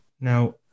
Now